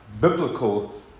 biblical